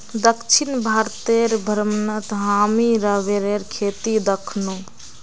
दक्षिण भारतेर भ्रमणत हामी रबरेर खेती दखनु